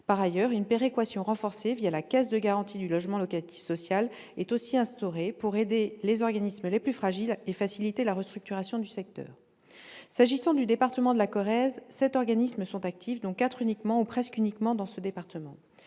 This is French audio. Par ailleurs, une péréquation renforcée, la Caisse de garantie du logement locatif social, est aussi instaurée pour aider les organismes les plus fragiles et faciliter la restructuration du secteur. En Corrèze, sept organismes sont actifs, dont quatre uniquement, ou presque uniquement, dans ce département.